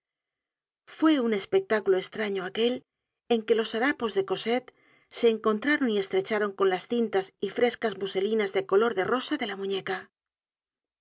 fue un espectáculo estraño aquel en que los harapos de cosette se encontraron y estrecharon con las cintas y frescas muselinas de color de rosa de la muñeca